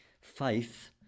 faith